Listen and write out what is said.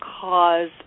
cause